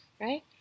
right